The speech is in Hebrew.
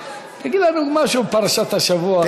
תגיד לנו משהו בפרשת השבוע.